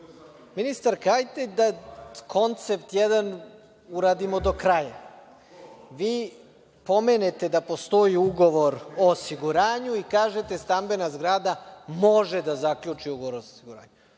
ministarka hajte da koncept jedan uradimo do kraja. Vi pomenete da postoji ugovor o osiguranju i kažete stambena zgrada može da zaključi ugovor o osiguranju.